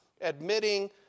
admitting